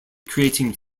creating